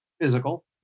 physical